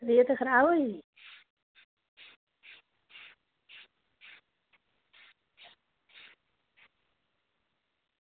सेह्त खराब होई गेई